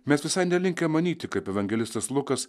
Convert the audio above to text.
mes visai nelinkę manyti kaip evangelistas lukas